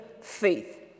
faith